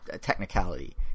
technicality